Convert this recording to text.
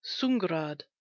Sungrad